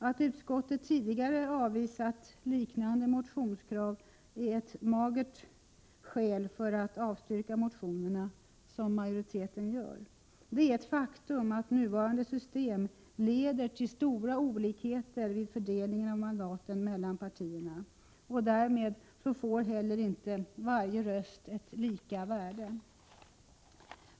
Att utskottet tidigare har avvisat liknande motionskrav är ett magert skäl för att avstyrka motionerna, så som majoriteten gör. Det är ett faktum att nuvarande system leder till stora olikheter vid fördelningen av mandaten mellan partierna. Därmed får heller inte varje röst lika värde.